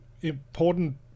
important